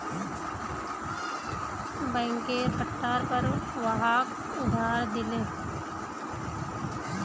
बैंकेर पट्टार पर वहाक उधार दिले